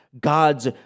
God's